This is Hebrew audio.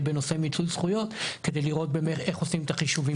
בנושא מיצוי זכויות - כדי לראות באמת איך עושים את החישובים.